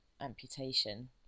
amputation